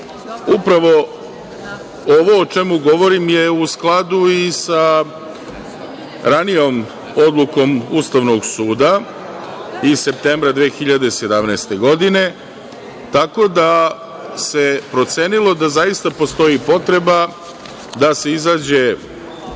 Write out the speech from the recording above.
ovo o čemu govorim je u skladu i sa ranijom odlukom Ustavnog suda iz septembra 2017. godine, tako da se procenilo da zaista postoji potreba da se izađe,